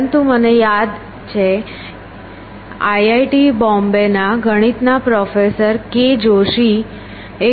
પરંતુ મને યાદ છે આઈઆઈટી બોમ્બે ના ગણિતના professor K Joshi Professor K